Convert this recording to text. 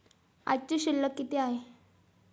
आजची शिल्लक किती आहे?